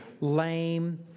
lame